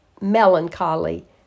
melancholy